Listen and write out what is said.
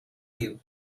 you